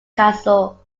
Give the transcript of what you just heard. castle